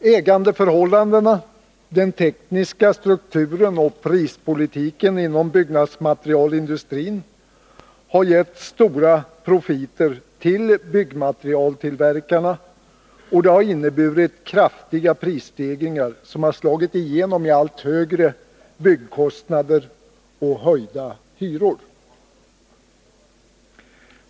Ägandeförhållandena, den tekniska strukturen och prispolitiken inom byggnadsmaterialindustrin har gett stora profiter till byggmaterialtillverkarna och har inneburit kraftiga prisstegringar, som slagit igenom i allt högre byggkostnader och höjda hyror.